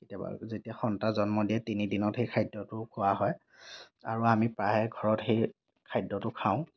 কেতিয়াবা যেতিয়া সন্তান জন্ম দিয়ে তিনি দিনত সেই খাদ্য়টো খোৱা হয় আৰু আমি প্ৰায়ে ঘৰত সেই খাদ্য়টো খাওঁ